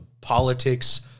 politics